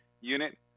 unit